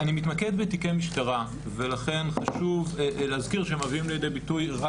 אני מתמד בתיקי משטרה ולכן חשוב להזכיר שמביאים לידי ביטוי רק